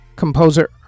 Composer